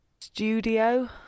studio